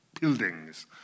buildings